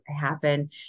happen